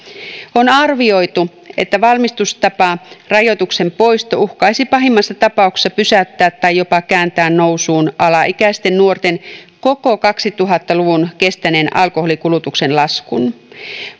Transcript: on arvioitu että valmistustaparajoituksen poisto uhkaisi pahimmassa tapauksessa pysäyttää tai jopa kääntää nousuun alaikäisten nuorten koko kaksituhatta luvun kestäneen alkoholikulutuksen laskun